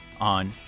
on